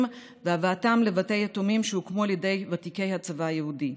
והבאתם לבתי יתומים שהוקמו על ידי ותיקי הצבא היהודי.